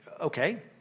okay